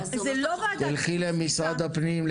תלכי למשרד הפנים,